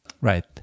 Right